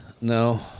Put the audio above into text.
No